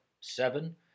seven